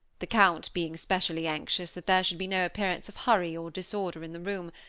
the count being specially anxious that there should be no appearance of hurry or disorder in the room,